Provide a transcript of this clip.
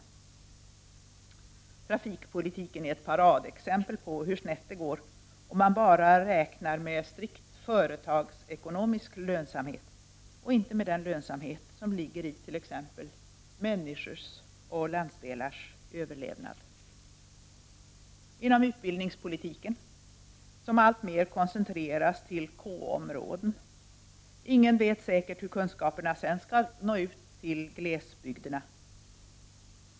Trafikpolitiken är ett paradexempel på hur snett det går om man bara räknar med strikt företagsekonomisk lönsamhet och inte med den lönsamhet som ligger i t.ex. människors och landsdelars överlevnad, - inom utbildningspolitiken, som alltmer koncentreras till K-områden. Ingen vet säkert hur kunskaperna sedan skall nå ut till glesbygderna.